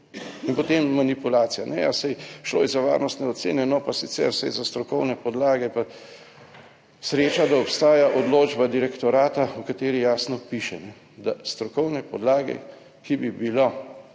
In potem manipulacija, ja saj šlo je za varnostne ocene, no, pa sicer, saj za strokovne podlage, pa sreča, da obstaja odločba direktorata, v kateri jasno piše, da strokovne podlage, ki bi bilo